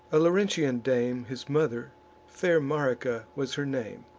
a laurentian dame his mother fair marica was her name.